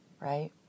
right